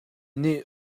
nih